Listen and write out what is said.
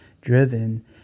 driven